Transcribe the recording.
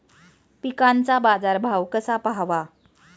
पिकांचा बाजार भाव कसा पहावा?